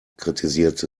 kritisierte